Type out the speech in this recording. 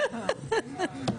הצבעה בעד, 5 נגד, 9 נמנעים,